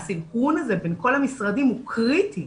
הסינכרון בין כל המשרדים הוא קריטי.